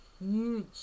huge